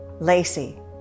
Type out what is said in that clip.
Lacey